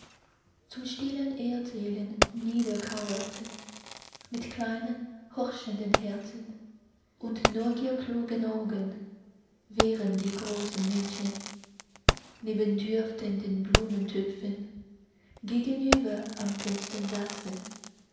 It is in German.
zum stillen erzählen niederkauerten mit kleinen horchenden herzen und neugierklugen augen während die großen mädchen neben duftenden blumentöpfen gegenüber am fenster saßen